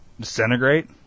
disintegrate